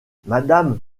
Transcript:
madame